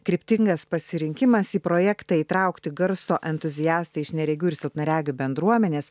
kryptingas pasirinkimas į projektą įtraukti garso entuziastai iš neregių ir silpnaregių bendruomenės